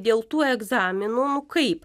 dėl tų egzaminų nu kaip